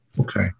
Okay